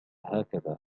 هكذا